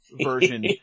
version